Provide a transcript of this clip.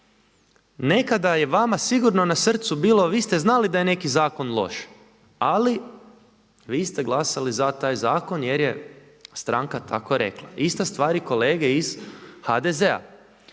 nekada je vama sigurno na srcu bilo, vi ste znali da je neki zakon loš ali vi ste glasali za taj zakon jer je stranka tako rekla. Ista stvar i kolege iz HDZ-a.